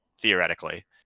theoretically